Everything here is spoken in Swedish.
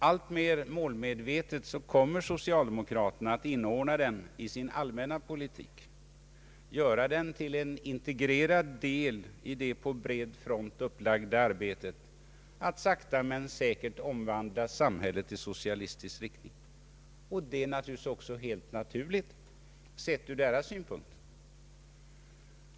Alltmer målmedvetet kommer socialdemokraterna att inordna den i sin allmänna politik, göra den till en integrerad del i det på bred front upplagda arbetet för att sakta men säkert omvandla samhället i socialistisk riktning. Detta är också helt naturligt — sett ur deras synpunkt.